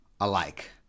alike